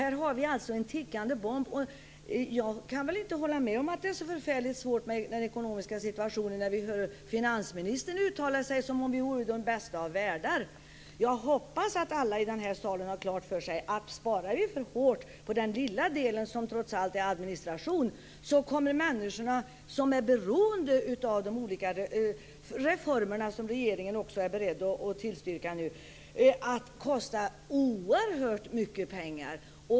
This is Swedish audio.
Här har vi alltså en tickande bomb. Jag kan inte hålla med om att det är så förfärligt svårt med den ekonomiska situationen när vi hör finansministern uttala sig som om vi vore i den bästa av världar. Jag hoppas att alla i den här salen har klart för sig att om vi sparar för hårt på den, trots allt lilla, del som är administration, så kommer de människor som är beroende av de olika reformer som regeringen nu är beredd att tillstyrka att kosta oerhört mycket pengar.